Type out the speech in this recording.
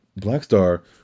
Blackstar